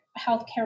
healthcare